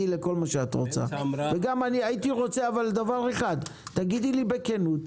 ואני מבקש שתגידי לי בכנות,